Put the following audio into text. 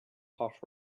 hot